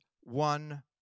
one